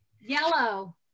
Yellow